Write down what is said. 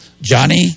Johnny